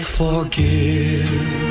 forgive